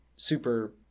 super